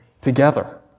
together